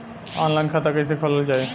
Online खाता कईसे खोलल जाई?